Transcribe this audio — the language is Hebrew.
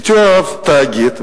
הטילו עליו תאגיד,